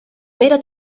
mera